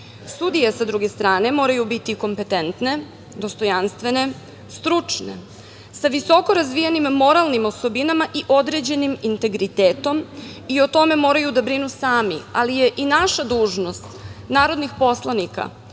prava.S druge strane, sudije moraju biti kompetentne, dostojanstvene, stručne, sa visoko razvijenim moralnim osobinama i određenim integritetom i o tome moraju da brinu sami, ali je naša dužnost, narodnih poslanika,